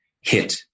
hit